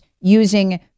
using